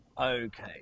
Okay